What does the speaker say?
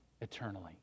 eternally